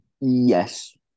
Yes